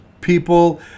people